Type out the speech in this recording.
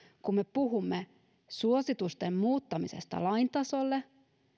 kun me puhumme suositusten muuttamisesta lain tasolle